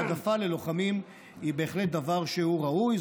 העדפה ללוחמים היא בהחלט דבר שהוא ראוי,